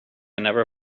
never